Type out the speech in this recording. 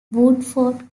woodford